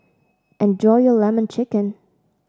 enjoy your lemon chicken